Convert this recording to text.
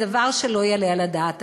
זה דבר שלא יעלה על הדעת.